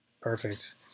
Perfect